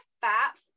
fat